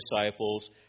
disciples